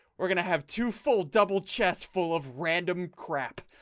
we're going to have two full double chests full of random crap